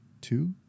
two